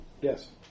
Yes